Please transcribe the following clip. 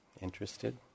interested